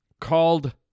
called